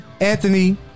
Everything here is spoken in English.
Anthony